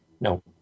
no